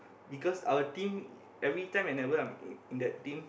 because our team every time and whenever I'm in that team